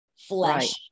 Flesh